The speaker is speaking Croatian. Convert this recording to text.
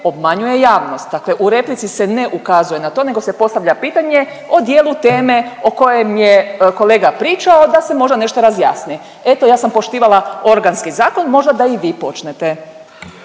obmanjuje javnost. Dakle u replici se ne ukazuje na to nego se postavlja pitanje o dijelu teme o kojem je kolega pričao, da se možda nešto razjasni. Eto, ja sam poštivala organski zakon, možda da i vi počnete.